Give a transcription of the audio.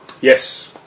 Yes